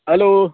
hello